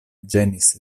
ĝenis